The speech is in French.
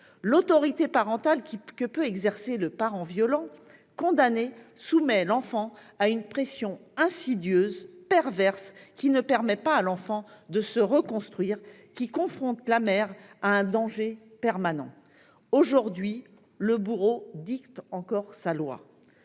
L'autorité parentale que peut exercer le parent violent, condamné, soumet l'enfant à une pression insidieuse, perverse, qui ne permet pas à l'enfant de se reconstruire et qui place la mère face à un danger permanent. Aujourd'hui, le bourreau dicte encore sa loi.